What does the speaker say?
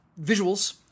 visuals